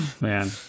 Man